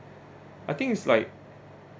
I think it's like